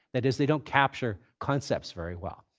that is, they don't capture concepts very well.